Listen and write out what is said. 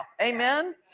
Amen